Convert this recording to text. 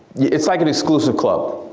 it's like an exclusive club.